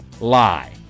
lie